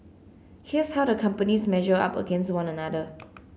here's how the companies measure up against one another